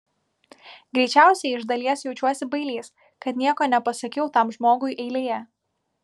greičiausiai iš dalies jaučiuosi bailys kad nieko nepasakiau tam žmogui eilėje